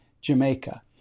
Jamaica